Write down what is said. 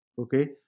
okay